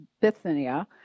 Bithynia